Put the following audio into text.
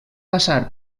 passar